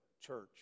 Church